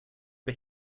but